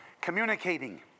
communicating